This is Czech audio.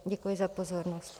Děkuji za pozornost.